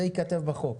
זה ייכתב בחוק.